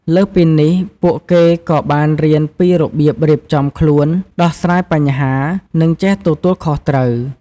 លើសពីនេះពួកគេក៏បានរៀនពីរបៀបរៀបចំខ្លួន ដោះស្រាយបញ្ហា និងចេះទទួលខុសត្រូវ។